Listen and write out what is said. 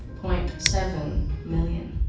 point seven million.